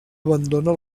abandona